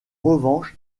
revanche